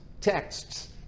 texts